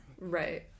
Right